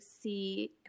see